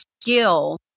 skill